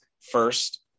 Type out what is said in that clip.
first